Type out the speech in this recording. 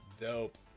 dope